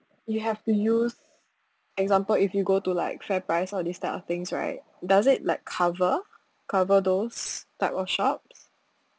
you have to use example if you go to like fair price all this type of things right does it like cover cover those type of shops